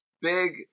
big